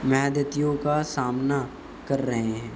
محدتیوں کا سامنا کر رہے ہیں